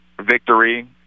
Victory